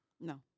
no